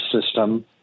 system